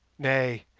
nay,